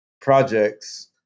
projects